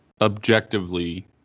objectively